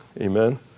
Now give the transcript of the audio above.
Amen